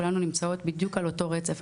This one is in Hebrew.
כולנו נמצאות בדיוק על אותו רצף.